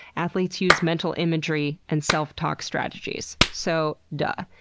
athletes use mental imagery and self-talk strategies. so, duh.